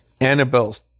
Annabelle's